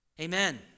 amen